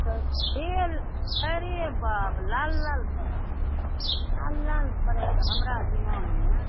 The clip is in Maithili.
तेल अरे बाप लाल लाल लाल लाल कलरके हमरा दिमागमे